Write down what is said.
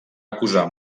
acusar